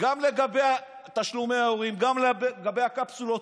גם לגבי תשלומי הורים, גם לגבי הקפסולות.